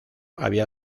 había